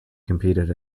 competed